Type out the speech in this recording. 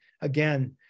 again